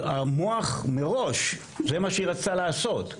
המוח מראש, זה מה שהיא רצתה לעשות,